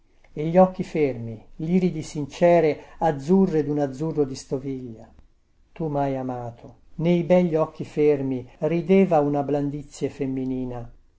gli occhi fermi liridi sincere azzurre dun azzurro di stoviglia tu mhai amato nei begli occhi fermi rideva una blandizie femminina